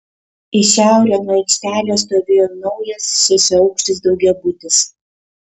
į šiaurę nuo aikštelės stovėjo naujas šešiaaukštis daugiabutis